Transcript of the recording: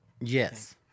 Yes